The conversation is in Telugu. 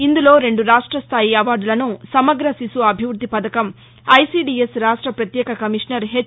ఇందులో రెండు రాష్ట స్థాయి అవార్డులను సమగ్ర శిశు అభివృద్ది పదకం ఐసీడీఎస్ రాష్ట పత్యేక కమిషనర్ హెచ్